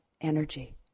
energy